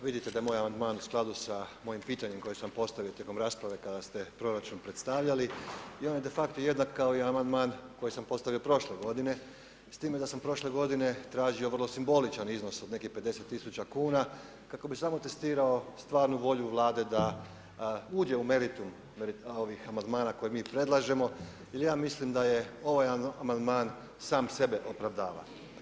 Vidite da je moj amandman u skladu sa mojim pitanjem koje sam postavio tijekom rasprave kada ste proračun predstavljali i on je de facto jednak kao i amandman koji sam postavio prošle godine s time da sam prošle godine tražio vrlo simboličan iznos od nekih 50 tisuća kuna kako bi samo testirao stvarnu volju Vlade da uđe u meritum ovih amandmana koje mi predlažemo jer ja mislim da je ovaj amandman sam sebe opravdava.